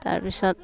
তাৰ পিছত